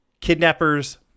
kidnappers